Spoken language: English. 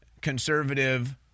conservative